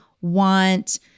want